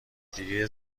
دیگه